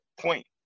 point